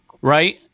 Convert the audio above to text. right